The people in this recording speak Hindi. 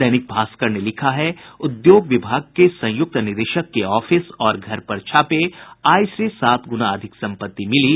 दैनिक भास्कर ने लिखा है उद्योग विभाग के संयुक्त निदेशक के ऑफिस और घर पर छापे आय से सात गुना अधिक सम्पत्ति मिली